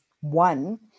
one